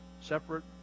separate